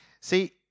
See